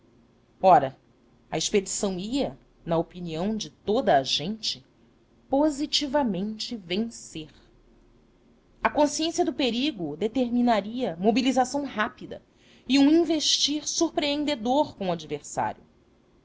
ora a expedição ia na opinião de toda a gente positivamente vencer a consciência do perigo determinaria mobilização rápida e um investir surpreendedor com o adversário